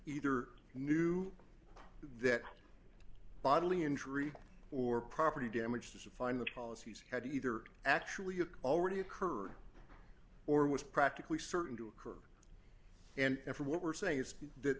either knew that bodily injury or property damage this of find the policies had either actually had already occurred or was practically certain to occur and for what we're saying is that